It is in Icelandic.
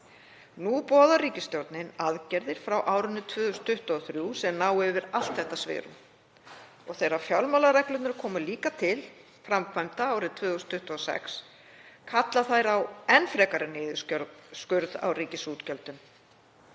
Nú boðar ríkisstjórnin aðgerðir frá árinu 2023 sem ná yfir allt þetta svigrúm. Og þegar fjármálareglurnar koma líka til framkvæmda árið 2026 kalla þær á enn frekari niðurskurð á ríkisútgjöldum.